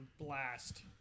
blast